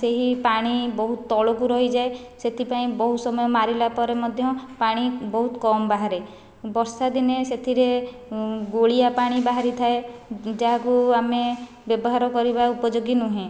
ସେହି ପାଣି ବହୁତ ତଳକୁ ରହିଯାଏ ସେଥିପାଇଁ ବହୁତ ସମୟ ମାରିଲା ପରେ ମଧ୍ୟ ପାଣି ବହୁତ କମ ବାହାରେ ବର୍ଷା ଦିନେ ସେଥିରେ ଗୋଳିଆ ପାଣି ବାହାରି ଥାଏ ଯାହା କୁ ଆମେ ବ୍ୟବହାର କରିବା ଉପଯୋଗୀ ନୁହେଁ